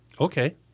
Okay